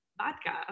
vodka